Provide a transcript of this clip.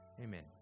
Amen